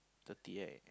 thirty eight